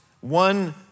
one